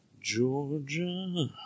Georgia